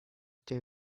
they